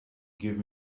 give